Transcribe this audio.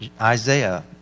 Isaiah